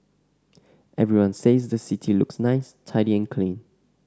everyone says the city looks nice tidy and clean